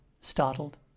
startled